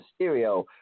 Mysterio